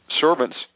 servants